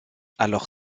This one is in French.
alors